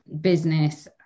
business